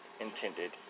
intended